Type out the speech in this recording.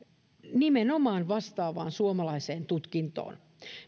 nimenomaan vastaavaan suomalaiseen tutkintoon